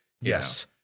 yes